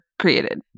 created